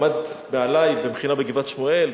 למד מעלי במכינה בגבעת-שמואל,